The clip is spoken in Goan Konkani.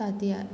तातिंया